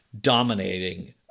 dominating